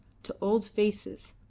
to old faces